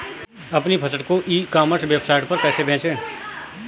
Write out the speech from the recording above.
अपनी फसल को ई कॉमर्स वेबसाइट पर कैसे बेचें?